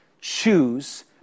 choose